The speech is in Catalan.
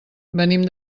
venim